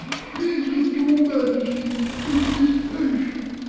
pleaseth your majesty to drink this potion,